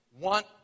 want